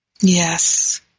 Yes